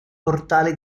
portale